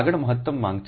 આગળ મહત્તમ માંગ છે